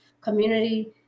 community